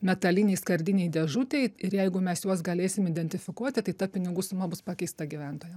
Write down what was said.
metalinėj skardinėj dėžutėj ir jeigu mes juos galėsim identifikuoti tai ta pinigų suma bus pakeista gyventojam